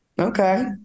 Okay